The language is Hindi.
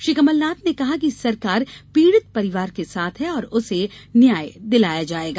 श्री कमलनाथ ने कहा कि सरकार पीड़ित परिवार के साथ है और उसे न्याय दिलाया जाएगा